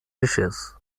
dishes